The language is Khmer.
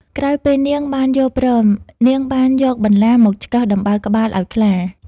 ក្រោយពេលនាងបានយល់ព្រម នាងបានយកបន្លាមកឆ្កឹះដំបៅក្បាលឲ្យខ្លា។